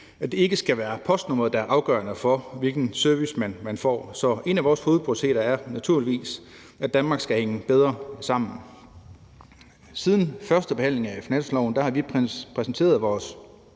at det ikke skal være postnummeret, der er afgørende for, hvilken service man får. Så en af vores hovedprioriteter er naturligvis, at Danmark skal hænge bedre sammen. Siden førstebehandlingen af finansloven har vi præsenteret vores